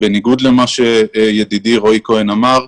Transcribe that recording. בניגוד למה שידידי רועי כהן אמר.